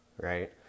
right